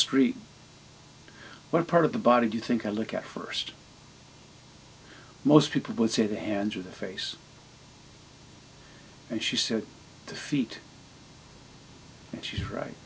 street what part of the body do you think i look at first most people would say the hands of the face and she said defeat and she's right